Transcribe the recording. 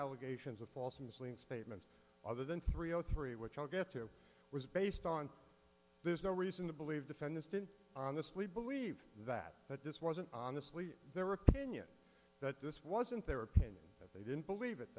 allegations of false and misleading statements other than three o three which i'll get to was based on there's no reason to believe defendants didn't honestly believe that that this wasn't honestly their opinion that this wasn't their opinion that they didn't believe it